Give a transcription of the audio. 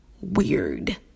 weird